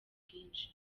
bwinshi